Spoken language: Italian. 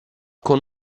con